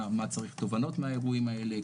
מה התובנות מהאירועים האלה,